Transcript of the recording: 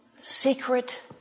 secret